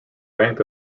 rank